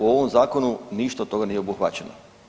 U ovom zakonu ništa od toga nije obuhvaćeno.